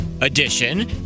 edition